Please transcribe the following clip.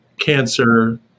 cancer